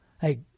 Hey